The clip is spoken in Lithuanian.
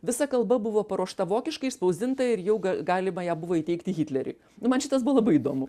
visa kalba buvo paruošta vokiškai išspausdinta ir jau galima ją buvo įteikti hitleriui nu man šitas buvo labai įdomu